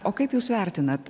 o kaip jūs vertinat